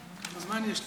כמה זמן יש לי?